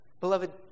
Beloved